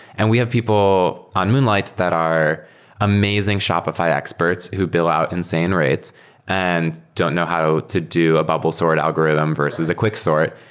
and we have people on moonlight that are amazing shopify experts who bill out insane rates and don't know how to do a bubble sort algorithm versus a quick sort,